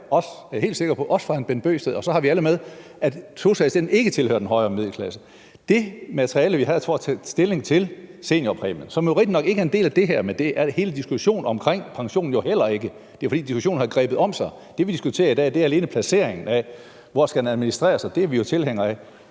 for hr. Bent Bøgsted, og så har vi alle med – at en sosu-assistent ikke tilhører den højere middelklasse. Vi havde et materiale, for at tage stilling til seniorpræmien, som jo rigtigt nok ikke er en del af det her, men det er hele diskussionen omkring pension jo heller ikke – det er, fordi diskussionen har grebet om sig. Det, vi diskuterer i dag, er alene placeringen af, hvor det skal administreres, og det er vi jo tilhængere af.